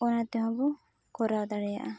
ᱚᱱᱟ ᱛᱮᱦᱚᱸᱵᱚᱱ ᱠᱚᱨᱟᱣ ᱫᱟᱲᱮᱭᱟᱜᱼᱟ